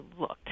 looked